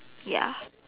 ya